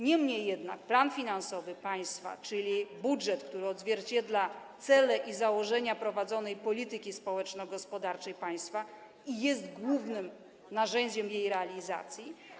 Niemniej jednak plan finansowy państwa, czyli budżet, odzwierciedla cele i założenia prowadzonej polityki społeczno-gospodarczej państwa i jest głównym narzędziem jej realizacji.